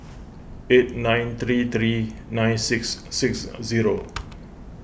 eight nine three three nine six six zero